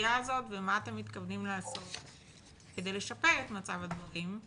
בסוגיה הזאת ומה אתם מתכוונים לעשות כדי לשפר את מצב הדברים,